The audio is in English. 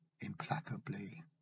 implacably